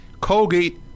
Colgate